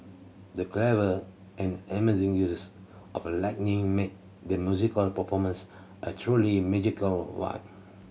the clever and amazing use of lighting made the musical performance a truly magical one